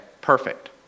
Perfect